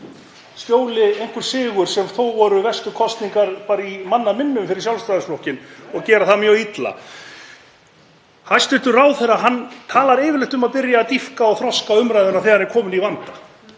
skjóli einhvers sigurs sem þó voru verstu kosningar í manna minnum fyrir Sjálfstæðisflokkinn og gera það mjög illa. Hæstv. ráðherra talar yfirleitt um að byrja að dýpka og þroska umræðuna þegar hann er kominn í vanda.